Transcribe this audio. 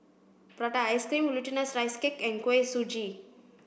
Prata Ice cream Glutinous Rice Cake and Kuih Suji